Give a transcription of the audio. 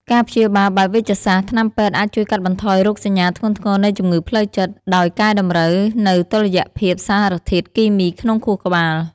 ការព្យាបាលបែបវេជ្ជសាស្ត្រ ថ្នាំពេទ្យអាចជួយកាត់បន្ថយរោគសញ្ញាធ្ងន់ធ្ងរនៃជំងឺផ្លូវចិត្ត ដោយកែតម្រូវនូវតុល្យភាពសារធាតុគីមីក្នុងខួរក្បាល។